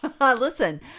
Listen